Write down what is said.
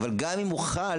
אבל גם אם הוא חל,